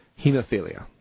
Hemophilia